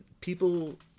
people